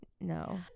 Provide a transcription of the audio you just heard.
No